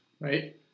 Right